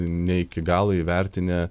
ne iki galo įvertinę